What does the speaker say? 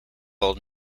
old